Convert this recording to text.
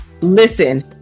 Listen